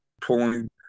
pulling